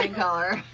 ah color.